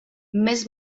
més